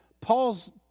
Paul's